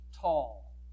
tall